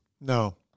No